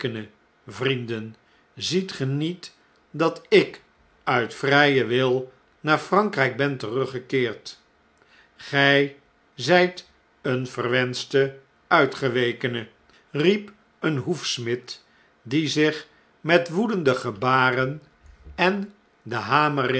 vrienden ziet ge niet dat ik uit eigen vrpn wil naar prankrflk ben teruggekeerd ge zgt een verwenschte uitgewekene riep een hoefsmid die zich met woedende gebaren en den hamer